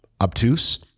obtuse